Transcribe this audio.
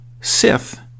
Sith